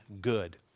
good